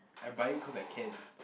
I buy it cause I can